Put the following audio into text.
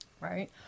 Right